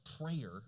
Prayer